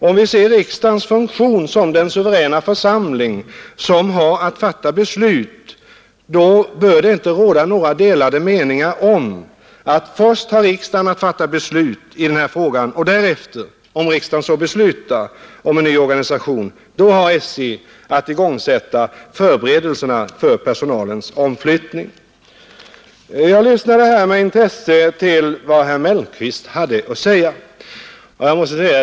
Om vi ser riksdagens funktion som den suveräna församling som har att fatta beslut, bör det inte råda några delade meningar om att riksdagen först har att fatta beslut i frågan, och därefter har SJ, om riksdagen beslutar en ny organisation, att vidta förberedelserna för personalens omflyttning. Jag lyssnade med intresse till vad herr Mellqvist hade att säga.